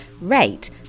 rate